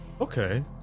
okay